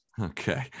Okay